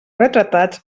retratats